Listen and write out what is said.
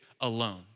alone